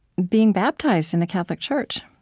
being baptized in the catholic church,